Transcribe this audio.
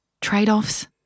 trade-offs